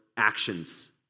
actions